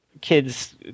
kids